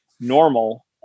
normal